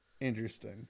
Interesting